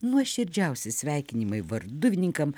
nuoširdžiausi sveikinimai varduvininkam